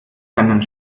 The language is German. keinen